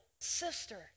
sister